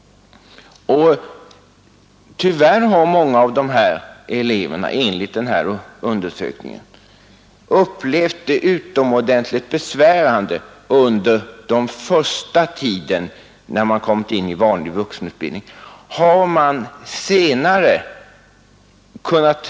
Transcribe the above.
Tyvärr har många av dessa elever enligt den undersökning jag nämnde upplevt den första tiden i vanlig vuxenutbildning som utomordentligt besvärande.